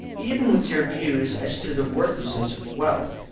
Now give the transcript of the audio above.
even with your views as to the worthlessness of wealth,